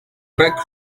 buck